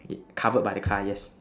yeah covered by the car yes